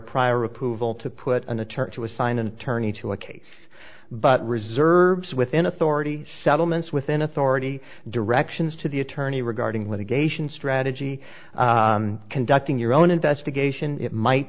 prior approval to put an attorney to assign an attorney to a case but reserves within authority settlements within authority directions to the attorney regarding litigation strategy conducting your own investigation might